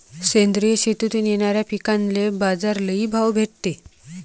सेंद्रिय शेतीतून येनाऱ्या पिकांले बाजार लई भाव भेटते